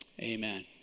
amen